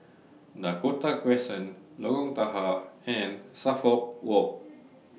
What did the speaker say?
Dakota Crescent Lorong Tahar and Suffolk Walk